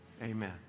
Amen